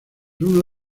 uno